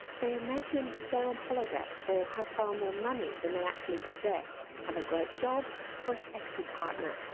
they imagine they're on holiday or have far more money than they actually possess, have a great job or a sexy partner.